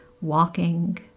walking